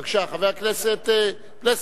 בבקשה, חבר הכנסת פלסנר.